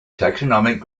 taxonomic